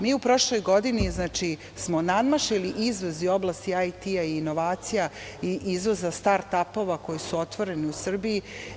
Mi u prošloj godini smo nadmašili izvoz iz oblasti IT i inovacija i izvoza start ap-ova koji su otvoreni u Srbiji.